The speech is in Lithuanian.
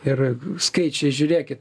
ir skaičiai žiūrėkit